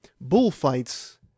bullfights